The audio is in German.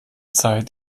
zeit